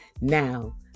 Now